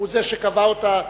הוא זה שקבע אותה,